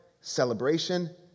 celebration